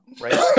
right